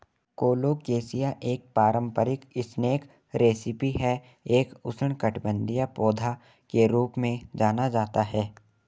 colocasia एक पारंपरिक snack recipe है एक उष्णकटिबंधीय पौधा के रूप में जाना जाता है